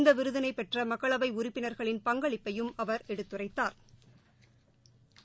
இந்த விருதினை பெற்ற மக்களவை உறுப்பினா்களின் பங்களிப்பையும் அவா் எடுத்துரைத்தாா்